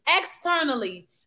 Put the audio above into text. externally